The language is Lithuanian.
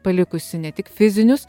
palikusi ne tik fizinius